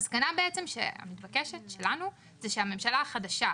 המסקנה המתבקשת שלנו היא שהממשלה החדשה,